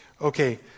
Okay